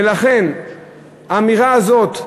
ולכן האמירה הזאת,